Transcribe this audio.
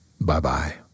Bye-bye